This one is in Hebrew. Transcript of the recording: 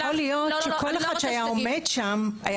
אבל יכול להיות שכל אחד שהיה עומד שם --- לא,